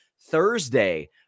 Thursday